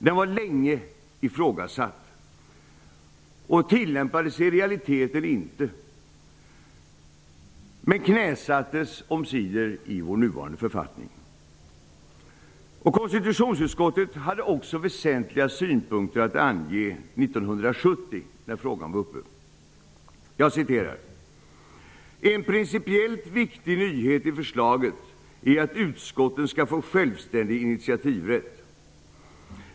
Den var länge ifrågasatt och tillämpades i realiteten inte, men knäsattes omsider i vår nuvarande författning. Konstitutionsutskottet hade också väsentliga synpunkter att ange när frågan var uppe 1970. Man sade då: En principiellt viktig nyhet i förslaget är att utskotten skall få självständig initiativrätt.